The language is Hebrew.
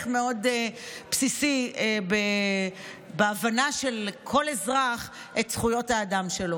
מאוד בסיסי בהבנה של כל אזרח את זכויות האדם שלו.